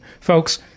folks